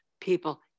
people